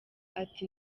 ati